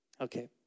Okay